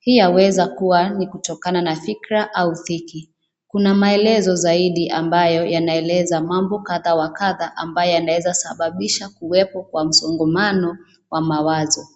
pia huweza kuwa ni kutokana na fikra au dhiki. Kuna maelezo zaidi ambayo yanaeleza mambo kadha wa kadha ambayo yanaweza sababisha kuwepo kwa musongamano wa mawazo.